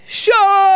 show